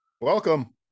Welcome